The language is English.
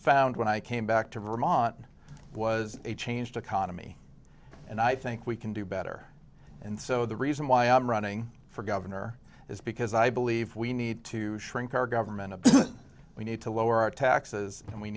found when i came back to ramana was a changed economy and i think we can do better and so the reason why i'm running for governor is because i believe we need to shrink our government we need to lower our taxes and we